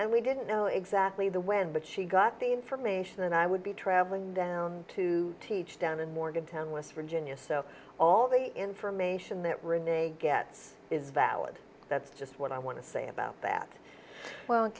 and we didn't know exactly the when but she got the information and i would be traveling down to teach down in morgantown west virginia so all the information that rene gets is valid that's just what i want to say about that